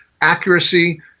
accuracy